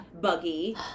Buggy